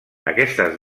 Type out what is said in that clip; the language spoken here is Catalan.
aquestes